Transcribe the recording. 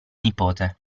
nipote